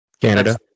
Canada